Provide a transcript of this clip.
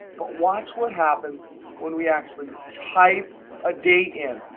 but watch what happens when we actually type a date in.